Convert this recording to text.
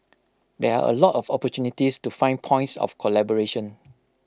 there are A lot of opportunities to find points of collaboration